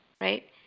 Right